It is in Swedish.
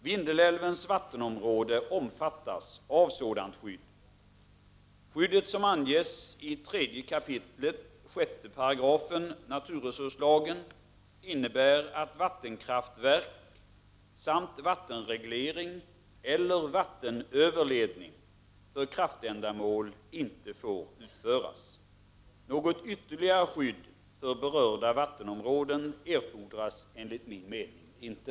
Vindelälvens vattenområde omfattas av sådant skydd. Skyddet som anges i 3 kap. 6§ naturresurslagen innebär att vattenkraftverket samt vattenreglering eller vattenöverledning för kraftändamål inte får utföras. Något ytterligare skydd för berörda vattenområden erfordras enligt min mening inte.